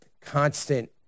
constant